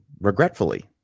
regretfully